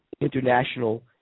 international